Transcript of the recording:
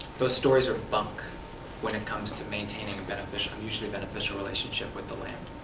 those stories are bunk when it comes to maintaining a but mutually-beneficial relationship with the land.